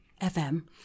FM